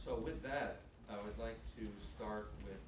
so with that i would like to start with